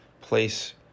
place